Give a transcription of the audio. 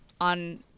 on